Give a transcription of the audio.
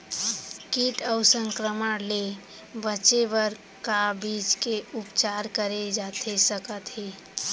किट अऊ संक्रमण ले बचे बर का बीज के उपचार करे जाथे सकत हे?